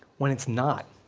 when it's not,